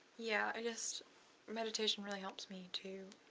yeah, i just meditation really helps me to.